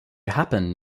happen